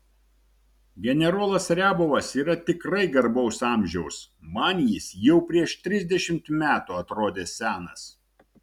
generolas riabovas yra tikrai garbaus amžiaus man jis jau prieš trisdešimt metų atrodė senas